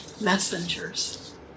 messengers